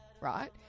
Right